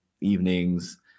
evenings